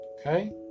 Okay